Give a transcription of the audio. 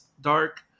dark